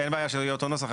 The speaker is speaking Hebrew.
אין בעיה שלא יהיה אותו נוסח,